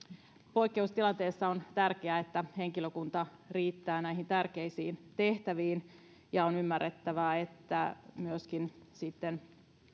poikkeustilanteessa on tärkeää että henkilökunta riittää näihin tärkeisiin tehtäviin ja on ymmärrettävää että myöskin sitten